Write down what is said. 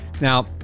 Now